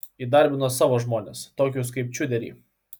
įdarbino savo žmones tokius kaip čiuderį